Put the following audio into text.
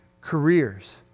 careers